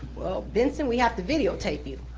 well, benson, we have to videotape you.